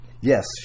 Yes